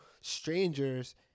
strangers